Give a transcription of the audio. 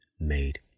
made